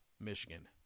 Michigan